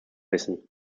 wissen